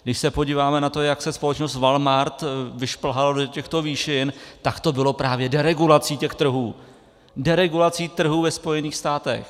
Když se podíváme na to, jak se společnost Walmart vyšplhala do těchto výšin, tak to bylo právě deregulací těch trhů, deregulací trhů ve Spojených státech.